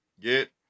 Get